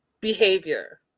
behavior